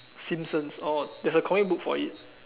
Simpsons oh there's a comic book for it